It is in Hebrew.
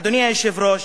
אדוני היושב-ראש,